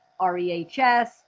REHS